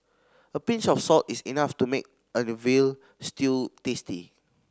a pinch of salt is enough to make an veal stew tasty